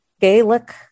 Gaelic